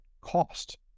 cost